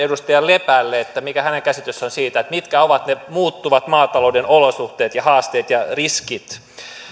edustaja lepälle että mikä hänen käsityksensä on siitä mitkä ovat ne muuttuvat maatalouden olosuhteet ja haasteet ja riskit